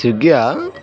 స్విగ్గీయా